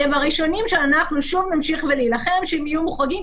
הם הראשונים שאנחנו נמשיך להילחם שהם יהיו מוחרגים,